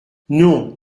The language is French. non